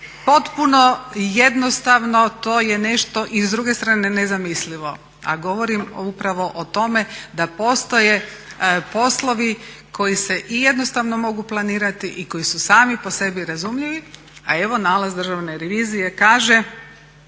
potpuno jednostavno, to je nešto i s druge strane nezamislivo, a govorim upravo o tome da postoje poslovi koji se jednostavno mogu planirati i koji su sami po sebi razumljivi a evo nalaz Državne revizije kaže